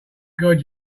god